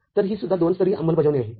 तरही सुद्धा दोन स्तरीयअंमलबजावणी आहे